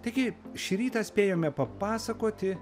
taigi šį rytą spėjome papasakoti